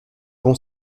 bon